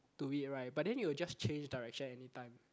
to it right but then it will just change direction anytime